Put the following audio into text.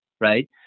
right